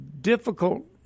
difficult